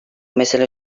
mesele